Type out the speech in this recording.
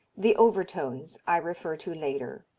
the overtones, i refer to later.